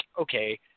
okay